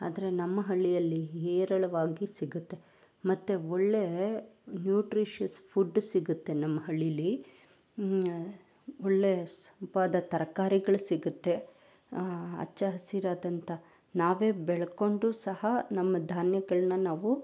ಆದರೆ ನಮ್ಮ ಹಳ್ಳಿಯಲ್ಲಿ ಹೇರಳವಾಗಿ ಸಿಗುತ್ತೆ ಮತ್ತೆ ಒಳ್ಳೆಯ ನ್ಯೂಟ್ರೀಷಿಯಸ್ ಫುಡ್ ಸಿಗುತ್ತೆ ನಮ್ಮ ಹಳ್ಳಿಲಿ ಒಳ್ಳೆಯ ಸೊಂಪಾದ ತರ್ಕಾರಿಗಳು ಸಿಗುತ್ತೆ ಅಚ್ಚ ಹಸಿರಾದಂತಹ ನಾವೇ ಬೆಳಕೊಂಡು ಸಹ ನಮ್ಮ ಧಾನ್ಯಗಳನ್ನ ನಾವು